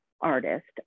artist